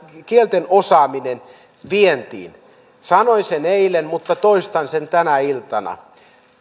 kielten osaamisella vientiin sanoin sen eilen mutta toistan sen tänä iltana